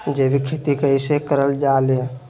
जैविक खेती कई से करल जाले?